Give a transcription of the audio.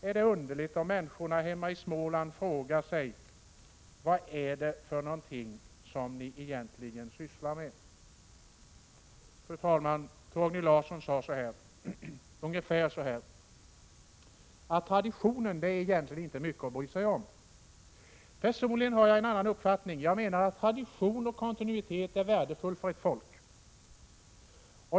Är det underligt om människorna hemma i Småland frågar sig vad det egentligen är för någonting som ni sysslar med? Fru talman! Torgny Larsson sade ungefär att traditionen egentligen inte är mycket att bry sig om. Personligen har jag en annan uppfattning. Jag menar att tradition och kontinuitet är något värdefullt för ett folk.